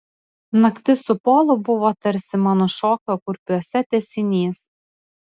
naktis su polu buvo tarsi mano šokio kurpiuose tęsinys